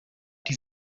die